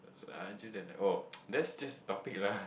ah actually oh that's just topic lah